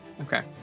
Okay